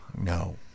No